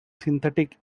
synthetic